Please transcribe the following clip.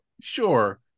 Sure